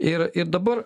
ir ir dabar